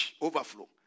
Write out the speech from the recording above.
overflow